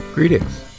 Greetings